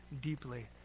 deeply